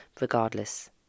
regardless